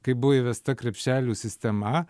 kai buvo įvesta krepšelių sistema